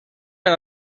per